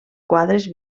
quadres